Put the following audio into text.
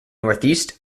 northeast